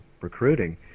recruiting